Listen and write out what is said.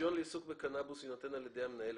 רישיון לעיסוק בקנאבוס יינתן על ידי המנהל,